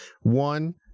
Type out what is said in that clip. One